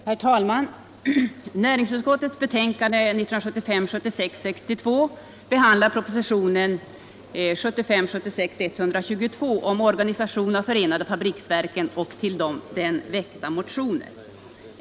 Herr talman! Näringsutskottets betänkande 1975 76:122 rörande omorganisation av förenade fabriksverken och till densamma väckta motioner.